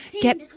get